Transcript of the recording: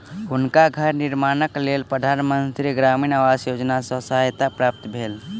हुनका घर निर्माणक लेल प्रधान मंत्री ग्रामीण आवास योजना सॅ सहायता प्राप्त भेल